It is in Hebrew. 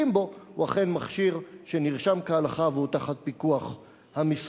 בו הוא אכן מכשיר שנרשם כהלכה והוא תחת פיקוח המשרד.